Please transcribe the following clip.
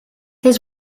his